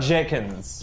Jenkins